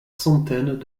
centaines